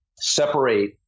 separate